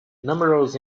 numerous